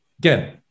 Again